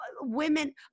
Women